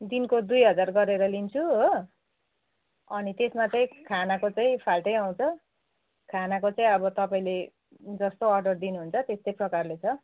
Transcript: दिनको दुई हजार गरेर लिन्छु हो अनि त्यसमा चाहिँ खानाको चाहिँ फाल्टै आउँछ खानाको चाहिँ अब तपाईँले जस्तो अर्डर दिनुहुन्छ त्यस्तै प्रकारले छ